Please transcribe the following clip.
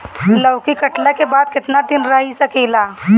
लौकी कटले के बाद केतना दिन रही सकेला?